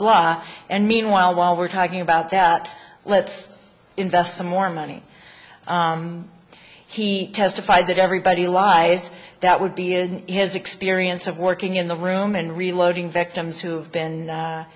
blah and meanwhile while we're talking about that let's invest some more money he testified that everybody lies that would be in his experience of working in the room and reloading victims who have been